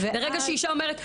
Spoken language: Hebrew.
ברגע שאישה אומרת,